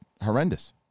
horrendous